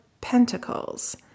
pentacles